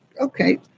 okay